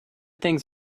things